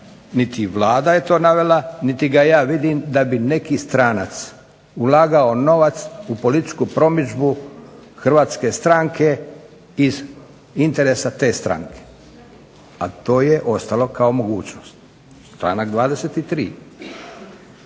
niti Vlada je to navela, niti ja vidim da bi neki stranac ulagao novac u političku promidžbu hrvatske stranke iz interesa te stranke, a to je ostalo kao mogućnost, članak 23.